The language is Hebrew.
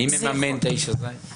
מי מממן את האיש הזה?